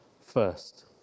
first